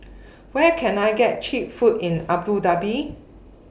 Where Can I get Cheap Food in Abu Dhabi